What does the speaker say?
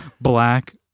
black